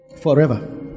forever